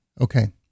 Okay